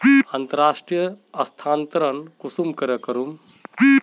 अंतर्राष्टीय स्थानंतरण कुंसम करे करूम?